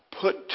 put